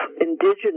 indigenous